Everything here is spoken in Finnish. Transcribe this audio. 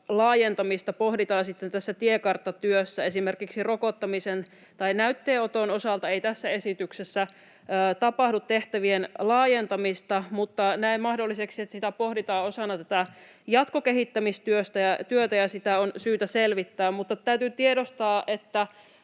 laajentamista pohditaan sitten tässä tiekarttatyössä. Esimerkiksi rokottamisen tai näytteenoton osalta ei tässä esityksessä tapahdu tehtävien laajentamista, mutta näen mahdolliseksi, että sitä pohditaan osana tätä jatkokehittämistyötä, ja sitä on syytä selvittää. Mutta täytyy tiedostaa, että